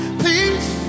please